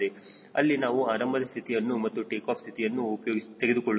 ಇಲ್ಲಿ ನಾನು ಆರಂಭದ ಸ್ಥಿತಿಯನ್ನು ಮತ್ತು ಟೇಕಾಫ್ ಸ್ಥಿತಿಯನ್ನು ತೆಗೆದುಕೊಳ್ಳುತ್ತೇನೆ